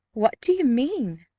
what do you mean?